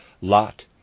lot